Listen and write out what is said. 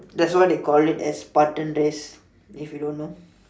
that's why they call it as Spartan race if you don't know